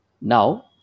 Now